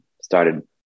started